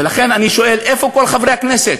ולכן אני שואל: איפה כל חברי הכנסת?